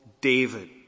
david